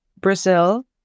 Brazil